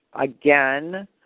again